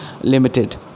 limited